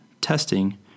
testing